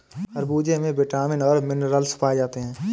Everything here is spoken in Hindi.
खरबूजे में विटामिन और मिनरल्स पाए जाते हैं